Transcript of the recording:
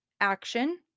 action